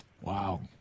Wow